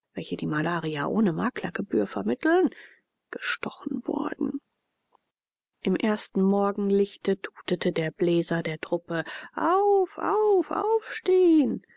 welche die malaria ohne maklergebühr vermitteln gestochen worden im ersten morgenlichte tutete der bläser der truppe aufaufaufstehen der